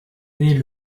naît